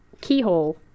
keyhole